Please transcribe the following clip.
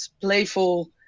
playful